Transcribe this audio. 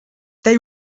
they